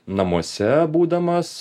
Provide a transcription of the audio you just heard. namuose būdamas